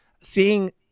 seeing